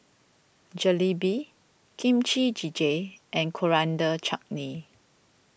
Jalebi Kimchi Jjigae and Coriander Chutney